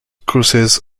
courses